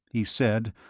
he said,